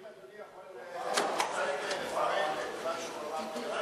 האם אדוני יכול לפרט את מה שהוא אמר,